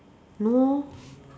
no